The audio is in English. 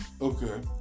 Okay